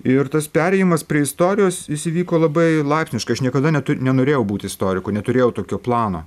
ir tas perėjimas prie istorijos jis įvyko labai laipsniškai aš niekada netu nenorėjau būti istoriku neturėjau tokio plano